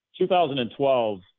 2012